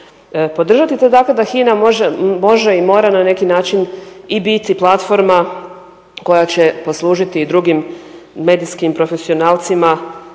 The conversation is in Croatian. podržati, te dakle da HINA može i mora na neki način i biti platforma koja će poslužiti i drugim medijskim profesionalcima